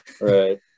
right